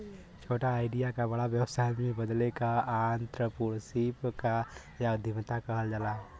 छोटा आईडिया क बड़ा व्यवसाय में बदले क आंत्रप्रनूरशिप या उद्दमिता कहल जाला